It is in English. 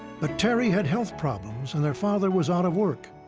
but terry had health problems and their father was out of work.